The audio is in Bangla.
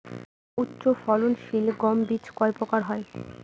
উচ্চ ফলন সিল গম বীজ কয় প্রকার হয়?